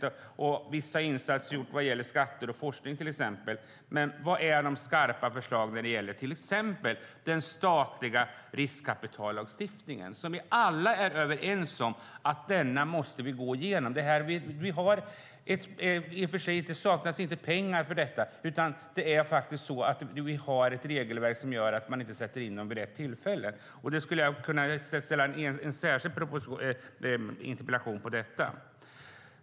Det gäller till exempel vissa insatser vad gäller skatter och forskning. Men var är de skarpa förslagen när det gäller den statliga riskkapitallagstiftningen? Vi är alla överens om att vi måste gå igenom den. Det saknas i och för sig inte pengar, men vi har ett regelverk som gör att man inte sätter in dem vid rätt tillfälle. Jag skulle kunna ställa en särskild interpellation om detta.